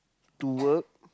to work